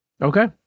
Okay